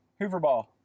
hooverball